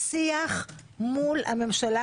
אני מחפשת שיח מול הממשלה,